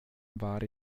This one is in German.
war